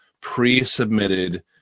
pre-submitted